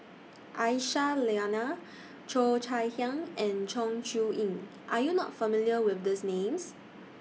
Aisyah Lyana Cheo Chai Hiang and Chong Siew Ying Are YOU not familiar with These Names